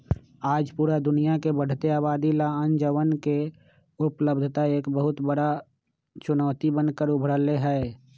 आज पूरा दुनिया के बढ़ते आबादी ला अनजवन के उपलब्धता एक बहुत बड़ा चुनौती बन कर उभर ले है